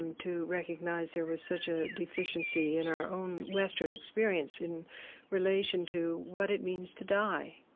um to recognize there was such a deficiency in our own western experience in relation to what it means to die.